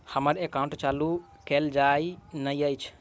हम्मर एकाउंट चालू केल नहि अछि?